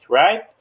right